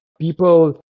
people